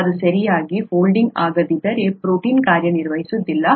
ಅದು ಸರಿಯಾಗಿ ಫೋಲ್ಡಿಂಗ್ ಆಗದಿದ್ದರೆ ಪ್ರೋಟೀನ್ ಕಾರ್ಯನಿರ್ವಹಿಸುವುದಿಲ್ಲ